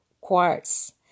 quartz